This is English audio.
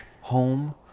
home